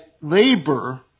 labor